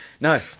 No